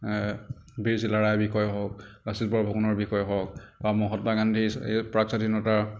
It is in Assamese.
বীৰ চিলাৰায়ৰ বিষয়ে হওক লাচিত বৰফুকনৰ বিষয়ে হওক বা মহাত্মা গান্ধীৰ এই প্ৰাক স্বাধীনতা